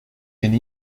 can